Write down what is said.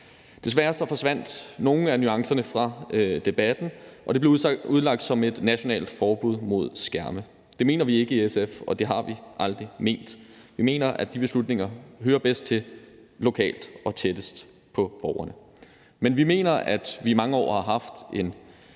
Desværre forsvandt nogle af nuancerne fra debatten, og det blev udlagt som et nationalt forbud mod skærme. Det mener vi ikke i SF, og det har vi aldrig ment. Vi mener, at de beslutninger hører bedst til lokalt og tættest på borgerne. Men vi mener, at vi i mange år har haft en